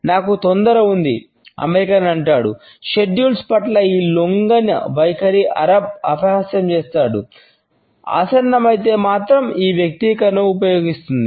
నాకు తొందర ఉంది అమెరికన్ ఆసన్నమైతే మాత్రమే ఈ వ్యక్తీకరణను ఉపయోగిస్తుంది